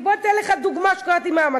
יודעים כמה חשוב צמצום הפערים והורדת